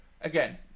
Again